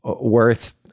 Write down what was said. worth